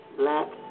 black